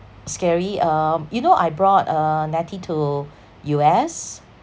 scary um you know I brought uh netty to U_S